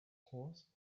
horse